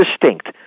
distinct